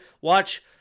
watch